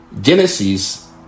Genesis